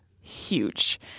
huge